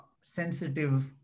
sensitive